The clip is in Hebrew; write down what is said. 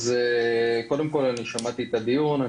קודם כל אני שמעתי את הדיון.